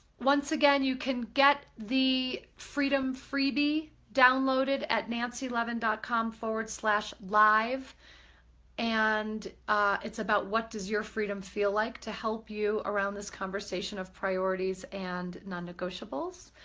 once again. you can get the freedom freebie download it at nancylevin dot com slash live and it's about what does your freedom feel like to help you around this conversation of priorities and non-negotiables.